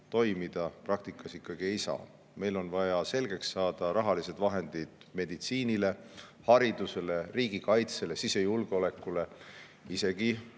toimida ikkagi ei saa. Meil on vaja selgeks saada rahalised vahendid meditsiinile, haridusele, riigikaitsele, sisejulgeolekule, isegi